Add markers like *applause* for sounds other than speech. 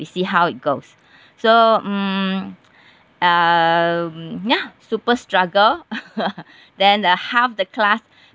we see how it goes so mm um ya super struggle *laughs* then uh half the class